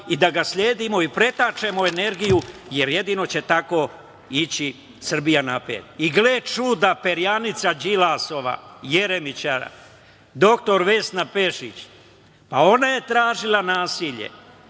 i da ga sledimo i pretačemo energiju, jer jedino će tako ići Srbija napred. Gle čuda, perjanica Đilasova i Jeremića, dr Vesna Pešić, pa ona je tražila nasilje,